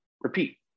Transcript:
repeat